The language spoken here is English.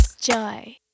joy